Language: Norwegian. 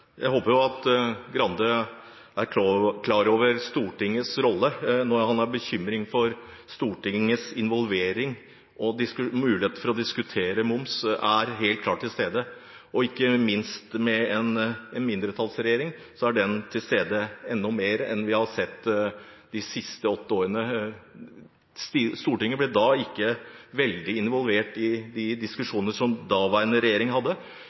Jeg håper at representanten Grande er klar over Stortingets rolle når han er bekymret for Stortingets involvering. Muligheten for å diskutere moms er helt klart til stede. Med en mindretallsregjering er den til stede enda mer enn vi har sett de siste åtte årene. Stortinget ble ikke veldig involvert i de diskusjonene som daværende regjering hadde,